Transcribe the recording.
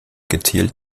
gezielt